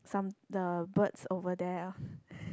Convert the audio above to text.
some the birds over there